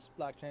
Blockchain